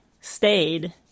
stayed